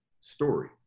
story